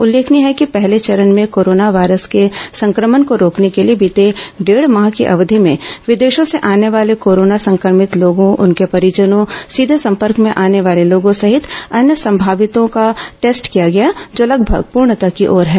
उल्लेखनीय है कि पहले चरण में कोरोना वायरस के संक्रमण को रोकने के लिए बीते डेढ़ माह की अवधि में विदेशों से आने वाले कोरोना संक्रमित लोगों उनके परिजनों सीधे संपर्क में आने वाले लोगों सहित अन्य संभावितों का टेस्ट किया गया जो लगभग पूर्णतः की ओर है